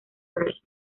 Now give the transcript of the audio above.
rey